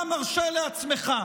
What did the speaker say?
אתה מרשה לעצמך,